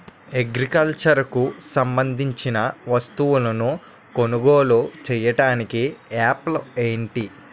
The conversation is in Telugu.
అగ్రికల్చర్ కు సంబందించిన వస్తువులను కొనుగోలు చేయటానికి యాప్లు ఏంటి?